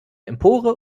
empore